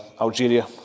Algeria